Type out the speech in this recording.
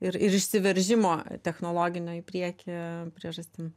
ir ir išsiveržimo technologinio į priekį priežastimi